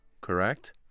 Correct